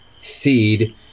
seed